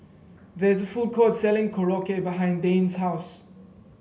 there is a food court selling Korokke behind Dayne's house